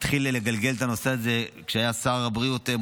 התחיל לגלגל את הנושא הזה כשמשה ארבל היה שר הבריאות.